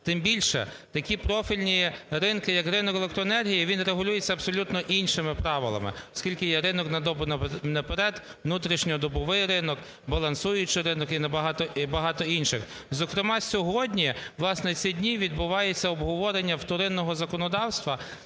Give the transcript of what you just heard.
Тим більше такі профільні ринки, як ринок електроенергії, він регулюється абсолютно іншими правилами, оскільки є ринок "на добу наперед", внутрішньодобовий ринок, балансуючий ринок і багато інших. Зокрема, сьогодні, власне, в ці дні відбувається обговорення вторинного законодавства,